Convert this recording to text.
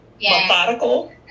methodical